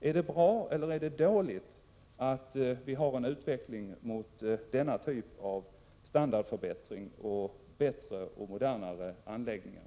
Är det bra eller dåligt att vi har en utveckling mot denna typ av standardförbättring, mot bättre och modernare anläggningar?